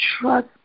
trust